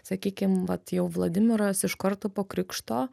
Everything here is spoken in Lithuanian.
sakykim vat jau vladimiras iš karto po krikšto